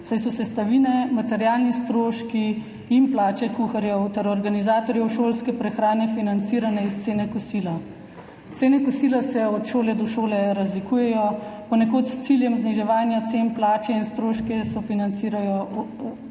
saj so sestavine, materialni stroški in plače kuharjev ter organizatorjev šolske prehrane financirani iz cene kosila. Cene kosila se od šole do šole razlikujejo, ponekod s ciljem zniževanja cen plače in stroške sofinancirajo